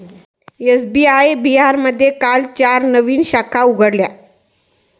SBI बिहारमध्ये काल चार नवीन शाखा उघडल्या